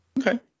okay